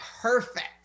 perfect